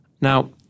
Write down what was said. Now